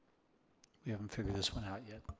we haven't figured this one out yet.